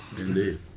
Indeed